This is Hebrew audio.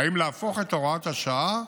אם להפוך את הוראת השעה